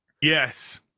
Yes